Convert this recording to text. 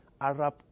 Arab